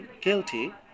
guilty